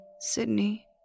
Sydney